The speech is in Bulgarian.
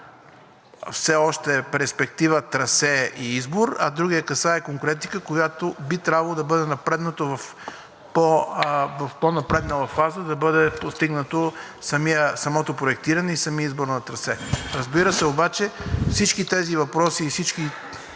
все още перспектива трасе и избор, а другият касае конкретика, която би трябвало в по-напреднала фаза да бъде постигнато – самото проектиране и самия избор на трасе. Разбира се, обаче всички тези въпроси и целият